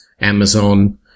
Amazon